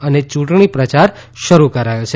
અને યૂંટણી પ્રચાર શરૂ કરાયો છે